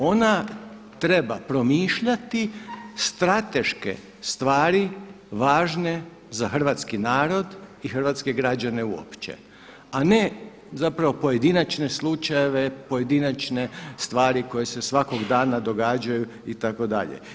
Ona treba promišljati strateške stvari važne za hrvatski narod i hrvatske građane uopće a ne zapravo pojedinačne slučajeve, pojedinačne stvari koje se svakog dana događaju itd.